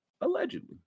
allegedly